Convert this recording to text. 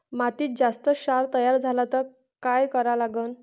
मातीत जास्त क्षार तयार झाला तर काय करा लागन?